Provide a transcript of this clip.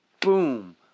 boom